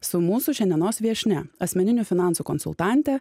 su mūsų šiandienos viešnia asmeninių finansų konsultante